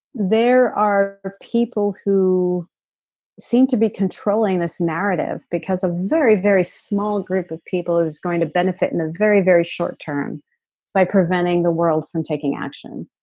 there are are people who seem to be controlling this narrative because a very, very small group of people is going to benefit in a very, very short term by preventing the world from taking action.